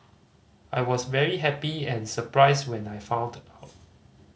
I was very happy and surprised when I found out